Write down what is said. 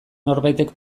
norbaitek